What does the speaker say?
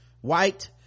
white